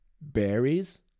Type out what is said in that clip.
berries